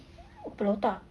kepala otak